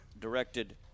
directed